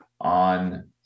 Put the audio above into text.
on